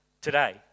today